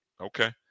Okay